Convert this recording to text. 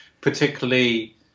particularly